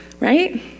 right